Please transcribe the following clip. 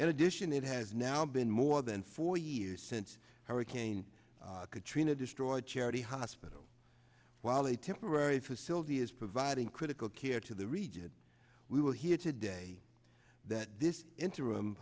in addition it has now been more than four years since hurricane could in a destroyed charity hospital while a temporary facility is providing critical care to the region we will hear today that this interim